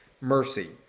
mercy